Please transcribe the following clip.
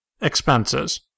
Expenses